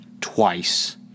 twice